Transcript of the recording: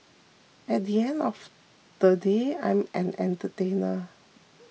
at the end of they day I'm an entertainer